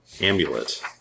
amulet